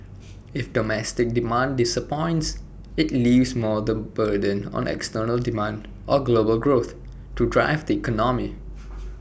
if domestic demand disappoints IT leaves more the burden on external demand or global growth to drive the economy